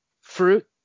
Fruit